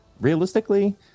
realistically